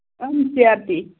N C R T